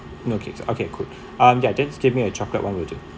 no cakes okay could um just give me a chocolate one will do